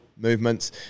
movements